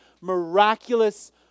miraculous